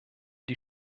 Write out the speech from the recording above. die